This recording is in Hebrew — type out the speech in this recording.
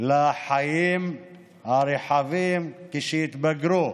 לחיים הרחבים כשיתבגרו,